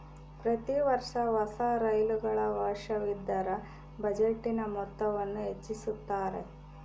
ಪ್ರತಿ ವರ್ಷ ಹೊಸ ರೈಲುಗಳ ಅವಶ್ಯವಿದ್ದರ ಬಜೆಟಿನ ಮೊತ್ತವನ್ನು ಹೆಚ್ಚಿಸುತ್ತಾರೆ